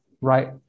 right